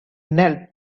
knelt